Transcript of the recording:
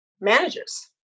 managers